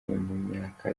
myaka